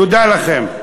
תודה לכם.